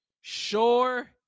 sure